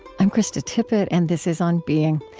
i'm krista tippett, and this is on being.